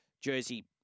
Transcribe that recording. jersey